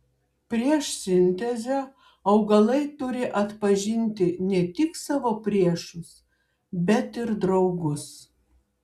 prieš sintezę augalai turi atpažinti ne tik savo priešus bet ir draugus